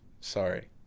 sorry